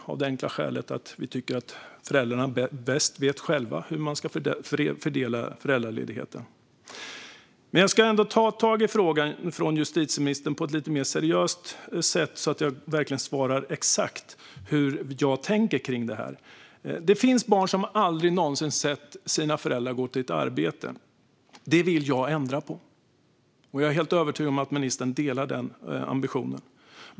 Det är av det enkla skälet att vi tycker att föräldrarna själva vet bäst hur de ska fördela föräldraledigheten. Jag ska ändå ta frågan från justitieministern på ett lite mer seriöst sätt så att jag verkligen svarar exakt hur jag tänker om detta. Det finns barn som aldrig någonsin sett sina föräldrar gå till ett arbete. Det vill jag ändra på. Jag är helt övertygad om att ministern delar den ambitionen.